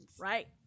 right